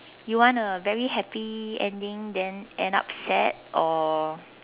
you want a very happy ending then end up sad or